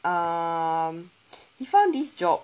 um he found this job